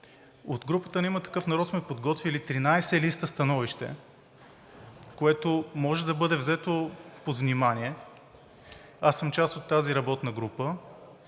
От групата на „Има такъв народ“ сме подготвили 13 листа становище, което може да бъде взето под внимание. Аз съм част от тази работна група